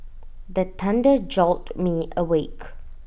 the thunder jolt me awake